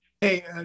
Hey